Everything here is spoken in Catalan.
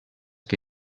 que